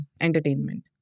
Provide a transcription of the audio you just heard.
entertainment